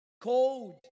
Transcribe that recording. cold